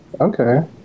Okay